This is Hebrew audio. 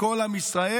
בכל עם ישראל.